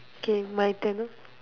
okay my turn ah